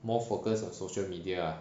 more focus on social media ah